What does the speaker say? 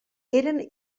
eren